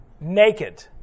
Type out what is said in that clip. naked